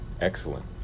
excellent